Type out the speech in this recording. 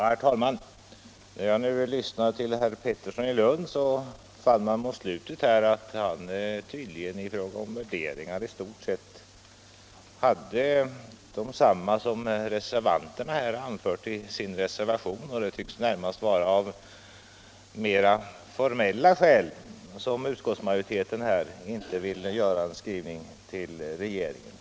Herr talman! När jag lyssnade till herr Pettersson i Lund fann jag mot slutet av hans anförande att hans värderingar i stort sett är desamma som reservanternas. Det tycks närmast vara av mera formella skäl som utskottsmajoriteten inte vill vara med om att skriva till regeringen.